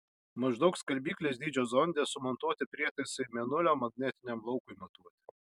maždaug skalbyklės dydžio zonde sumontuoti prietaisai mėnulio magnetiniam laukui matuoti